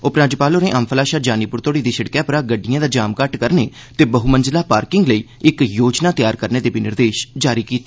उपराज्यपाल होरें अम्फला शा जानीपुर तोहड़ी दी सिड़कै परा गड़िड़एं दा जाम घट्ट करने ते बहुमंजिला पार्किंग लेई इक योजना तैयार करने दे बी निर्देश जारी कीते